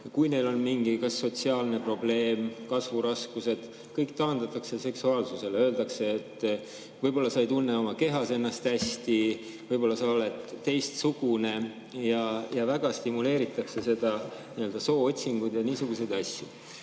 kui neil on mingi sotsiaalne probleem, näiteks kasvuraskused – kõik taandatakse seksuaalsusele. Öeldakse, et võib-olla sa ei tunne oma kehas ennast hästi, võib-olla sa oled teistsugune, ja väga stimuleeritakse nii-öelda soo-otsinguid ja niisuguseid asju.